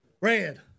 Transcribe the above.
red